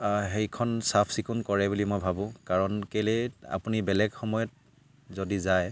সেইখন চাফ চিকুণ কৰে বুলি মই ভাবোঁ কাৰণ কেলৈ আপুনি বেলেগ সময়ত যদি যায়